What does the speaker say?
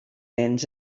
ens